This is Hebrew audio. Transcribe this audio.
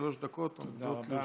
שלוש דקות עומדות לרשותך.